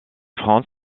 frantz